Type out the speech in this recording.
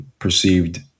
perceived